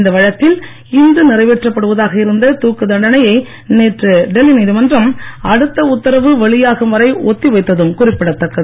இந்த வழக்கில் தகவல் இன்று நிறைவேற்றப்படுவதாக இருந்த தூக்கு தண்டனையை நேற்று டெல்லி நீதிமன்றம் அடுத்த உத்தரவு வெளியாகும் வரை ஒத்தி வைத்ததும் குறிப்பிடத்தக்கது